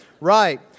right